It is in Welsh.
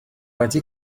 wedi